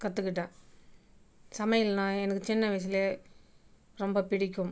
கற்றுக்கிட்டேன் சமையல்னா எனக்கு சின்ன வயசுலே ரொம்ப பிடிக்கும்